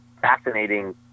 fascinating